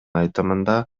айтымында